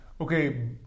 Okay